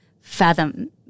fathom